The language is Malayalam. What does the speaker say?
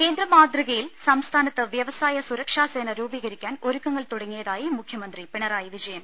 കേന്ദ്ര മാതൃകയിൽ സംസ്ഥാനത്ത് വൃവസായ സുരക്ഷാ സേന രൂപീകരിക്കാൻ ഒരുക്കങ്ങൾ തുടങ്ങിയതായി മുഖ്യ മന്ത്രി പിണറായി വിജയൻ